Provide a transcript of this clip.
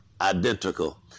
identical